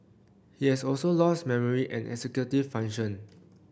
he has also lost memory and executive function